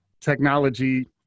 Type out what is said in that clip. technology